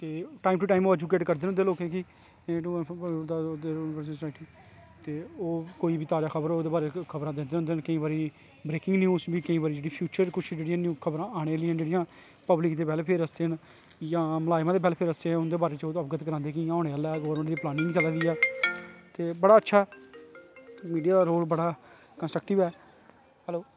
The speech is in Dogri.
ते टाईम टू टाईम ऐजूकेट करदे न लोकें गी ते ओह् कोई बी ताज़ा खबर होऐ ते ओह् खबरां दिंदे रौंह्दे न केईं बारी ब्रेकिंङ न्यूज़ फ्यूचर च जेह्ड़ियां आनें आह्लियां खबरां पब्लिक दे बैलफेयर आस्ते न जां मलाज़में दे बैल्फेयर आस्ते न उनेंगी अवगत करांदे न कि इयां होनें आह्ला ऐ गौरमैंट दी पलॉनिंग चली दी ते बड़ा अच्छा मीडिया दा रोल बड़ा कंस्ट्रकटिव ऐ